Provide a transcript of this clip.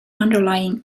underlying